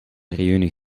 reünie